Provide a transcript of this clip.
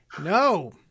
No